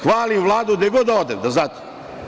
Hvalim Vladu gde god odem, da, znate.